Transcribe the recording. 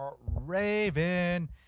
Raven